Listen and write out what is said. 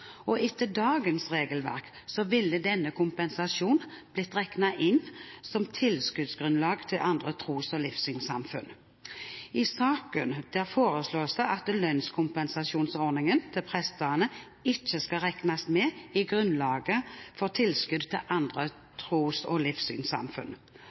dato. Etter dagens regelverk ville denne kompensasjonen blitt regnet inn som tilskuddsgrunnlag til andre tros- og livssynssamfunn. I saken foreslås at lønnskompensasjonen til prestene ikke skal regnes med i grunnlaget for tilskudd til andre tros- og livssynssamfunn.